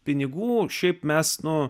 pinigų šiaip mes nu